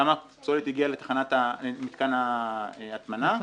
כמה פסולת הגיעה לתחנת מתקן ההטמנה.